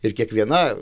ir kiekviena